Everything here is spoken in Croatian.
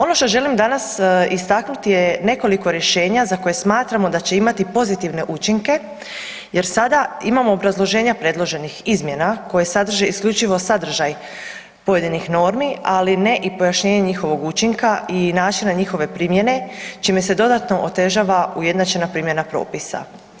Ono što želim danas istaknuti je nekoliko rješenja za koje smatramo da će imati pozitivne učinke jer sada imamo obrazloženja predloženih izmjena koje sadrže isključivo sadržaj pojedinih normi, ali ne i pojašnjenje njihovog učinka i načina njihove primjene čime se dodatno otežava ujednačena primjena propisa.